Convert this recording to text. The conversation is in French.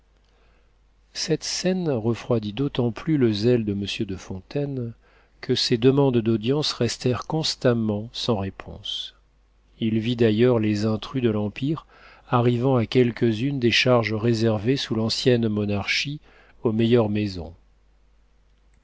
cette scène refroidit d'autant plus le zèle de monsieur de fontaine que ses demandes d'audience restèrent constamment sans réponse il vit d'ailleurs les intrus de l'empire arrivant à quelques-unes des charges réservées sous l'ancienne monarchie aux meilleures maisons